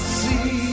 see